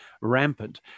rampant